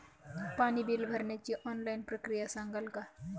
पाणी बिल भरण्याची ऑनलाईन प्रक्रिया सांगाल का?